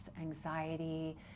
anxiety